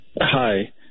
Hi